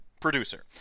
Producer